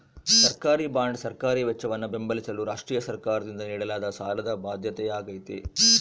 ಸರ್ಕಾರಿಬಾಂಡ್ ಸರ್ಕಾರಿ ವೆಚ್ಚವನ್ನು ಬೆಂಬಲಿಸಲು ರಾಷ್ಟ್ರೀಯ ಸರ್ಕಾರದಿಂದ ನೀಡಲಾದ ಸಾಲದ ಬಾಧ್ಯತೆಯಾಗೈತೆ